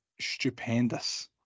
stupendous